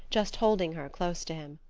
just holding her close to him.